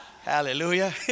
Hallelujah